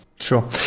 Sure